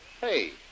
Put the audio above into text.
Hey